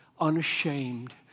unashamed